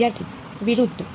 વિદ્યાર્થી વિરુધ્ધ